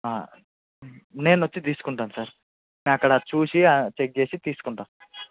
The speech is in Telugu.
నేను వచ్చి తీసుకుంటాను సార్ నేను అక్కడ చూసి చెక్ చేసి తీసుకుంటాను